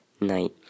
Night